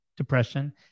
depression